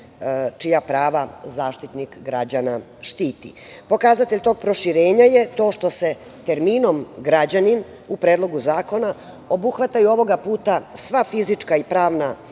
čija prava Zaštitnik građana štiti. Pokazatelj tog proširenja je to što se terminom građanin u Predlogu zakona obuhvataju ovoga puta sva fizička i pravna